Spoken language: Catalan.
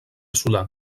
solar